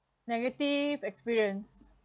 negative experience